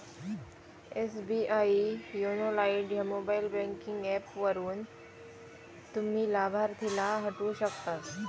SBI YONO lite ह्या mobile banking app वापरून, तुम्ही लाभार्थीला हटवू शकतास